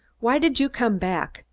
why did you come back?